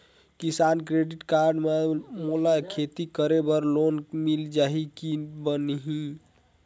किसान credit card से मोला खेती करे बर लोन मिल जाहि की बनही??